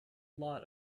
lot